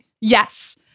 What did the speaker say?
Yes